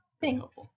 Thanks